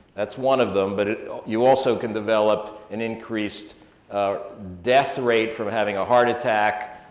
that's one of them. but you also can develop an increased death rate from having a heart attack,